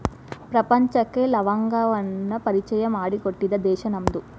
ಪ್ರಪಂಚಕ್ಕೆ ಲವಂಗವನ್ನಾ ಪರಿಚಯಾ ಮಾಡಿಕೊಟ್ಟಿದ್ದ ದೇಶಾ ನಮ್ದು